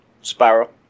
Spiral